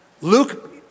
Luke